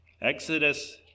Exodus